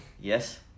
Yes